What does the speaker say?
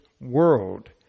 world